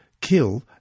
kill